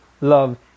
Love